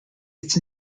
its